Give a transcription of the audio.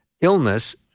illness